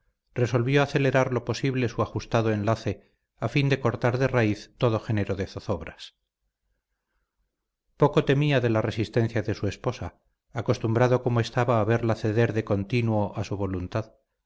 resolvió acelerar lo posible su ajustado enlace a fin de cortar de raíz todo género de zozobras poco temía de la resistencia de su esposa acostumbrado como estaba a verla ceder de continuo a su voluntad